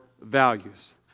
values